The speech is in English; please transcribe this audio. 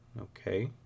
Okay